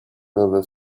will